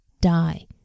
die